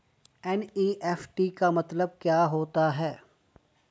NEFT का मतलब क्या होता है?